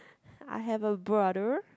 I have a brother